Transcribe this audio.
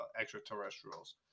extraterrestrials